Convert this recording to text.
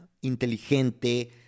inteligente